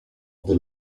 the